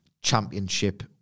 championship